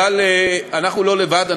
אבל אנחנו לא לבד.